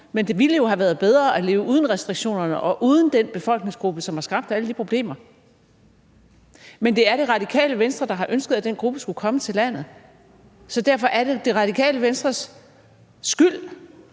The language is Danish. Men det ville jo have været bedre at leve uden restriktionerne og uden den befolkningsgruppe, som har skabt alle de problemer. Men det er Det Radikale Venstre, som har ønsket, at den gruppe skulle komme til landet, så derfor er det Det Radikale Venstres skyld,